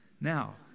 Now